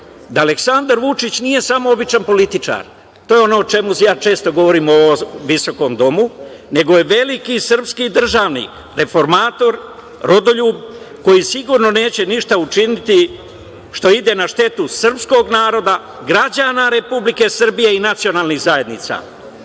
da Aleksandar Vučić nije samo običan političar, to je ono o čemu ja često govorim u ovom visokom domu, nego je veliki srpski državnik, reformator, rodoljub, koji sigurno neće ništa učiniti što ide na štetu srpskog naroda, građana Republike Srbije i nacionalnih zajednica,